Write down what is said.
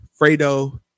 Fredo